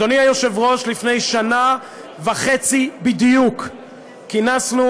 אדוני היושב-ראש, לפני שנה וחצי בדיוק כינסנו,